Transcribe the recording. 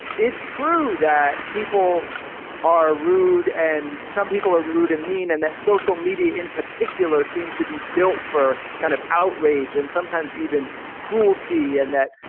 it's true that people are rude and some people are rude and mean. and that's social media in particular seems to be built for kind of outrage and sometimes even cruelty. and that,